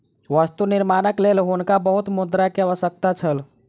वस्तु निर्माणक लेल हुनका बहुत मुद्रा के आवश्यकता छल